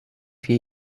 wir